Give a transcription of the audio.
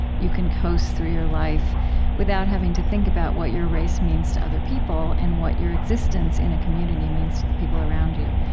you can coast through your life without having to think about what your race means to other people and what your existence in a community means to the people around you.